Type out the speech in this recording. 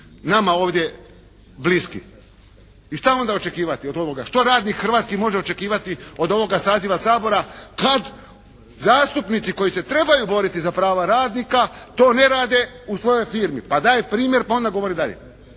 nama ovdje bliski. I šta onda očekivati od ovoga? Što radnik hrvatski može očekivati od ovoga saziva Sabora kad zastupnici koji se trebaju boriti za prava radnika to ne rade u svojoj firmi, pa daj primjer pa onda govori dalje.